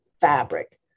fabric